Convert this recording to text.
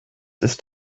ist